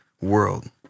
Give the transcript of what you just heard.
world